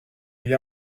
gli